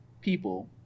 people